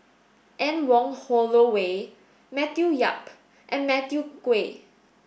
Anne Wong Holloway Matthew Yap and Matthew Ngui